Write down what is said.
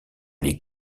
les